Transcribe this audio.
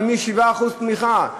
למי יש 7% תמיכה.